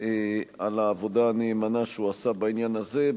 על העבודה הנאמנה שהוא עשה בעניין הזה,